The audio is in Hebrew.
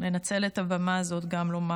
ואני רוצה לנצל את הבמה הזו ולהוסיף